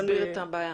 תסביר את הבעיה.